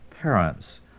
parents